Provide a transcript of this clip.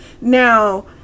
Now